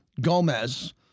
Gomez